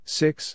six